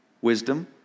Wisdom